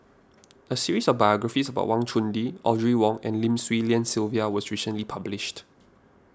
a series of biographies about Wang Chunde Audrey Wong and Lim Swee Lian Sylvia was recently published